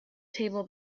table